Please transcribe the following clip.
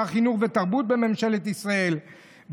שר החינוך והתרבות בממשלת ישראל,